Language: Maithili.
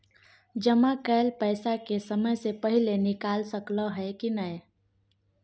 जमा कैल पैसा के समय से पहिले निकाल सकलौं ह की नय?